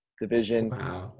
division